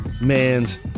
man's